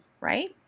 right